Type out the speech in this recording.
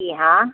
जी हाँ